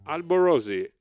Alborosi